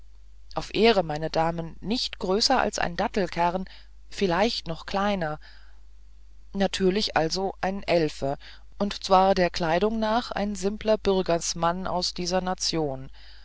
auf ehre meine damen nicht größer als ein dattelkern vielleicht noch kleiner natürlich also ein elfe und zwar der kleidung nach ein simpler bürgersmann aus dieser nation